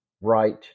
right